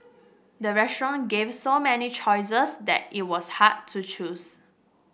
the restaurant gave so many choices that it was hard to choose